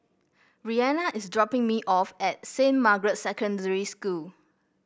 Reanna is dropping me off at Saint Margaret's Secondary School